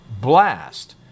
blast